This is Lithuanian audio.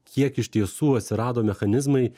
kiek iš tiesų atsirado mechanizmai